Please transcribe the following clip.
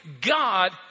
God